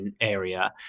area